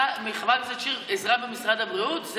אתה צריך מחברת הכנסת שיר עזרה במשרד הבריאות?